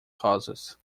causes